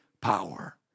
power